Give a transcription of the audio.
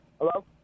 Hello